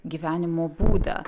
gyvenimo būdą